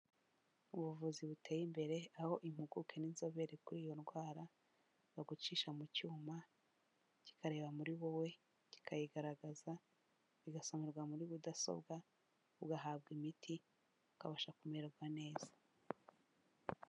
Ubuvuzi buteye imbere aho impuguke n'inzobere kuri iyo ndwara, bagucisha mu cyuma kikareba muri wowe, kikayigaragaza, bigasomerwa muri Mudasobwa, ugahabwa imiti, ukabasha kumererwa neza.